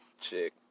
chick